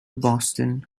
boston